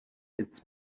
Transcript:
its